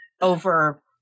over